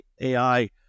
AI